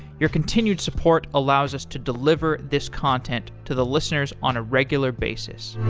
your continued support allows us to deliver this content to the listeners on a regular basis